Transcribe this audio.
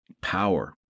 power